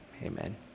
Amen